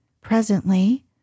Presently